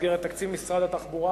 במסגרת תקציב משרד התחבורה